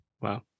Wow